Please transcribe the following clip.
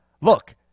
look